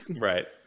Right